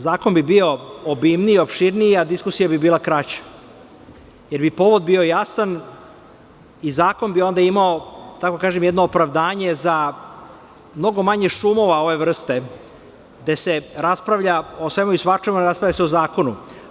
Zakon bi bio obimniji i opširniji, a diskusija bi bila kraća, jer bi povod bio jasan i zakon bi onda imao jedno opravdanje za mnogo manje šumova ove vrste, gde se raspravlja o svemu i svačemu, a raspravlja se o zakonu.